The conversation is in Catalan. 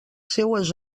seues